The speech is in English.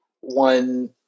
one